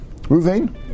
Ruvain